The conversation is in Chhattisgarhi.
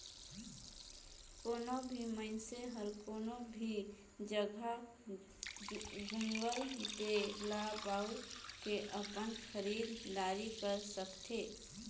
कोनो भी मइनसे हर कोनो भी जघा गुगल पे ल बउ के अपन खरीद दारी कर सकथे